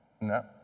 No